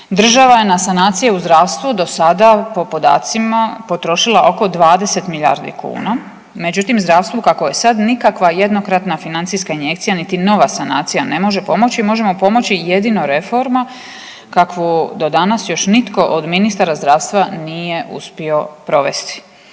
Država je na sanacije u zdravstvu do sada po podacima potrošila oko 20 milijardi kuna, međutim, zdravstvo kakvo je sad nikakva jednokratna financijska injekcija niti nova sanacija ne može pomoći, može mu pomoći jedino reforma kakvu do danas još nitko od ministara zdravstva nije uspio provesti.